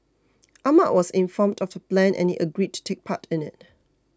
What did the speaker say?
Ahmad was informed of the plan and he agreed to take part in it